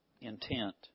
intent